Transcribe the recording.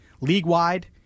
league-wide